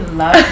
love